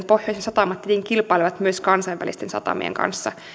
pohjoisen satamat tietenkin kilpailevat myös kansainvälisten satamien kanssa